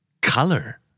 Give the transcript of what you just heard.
Color